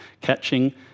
catching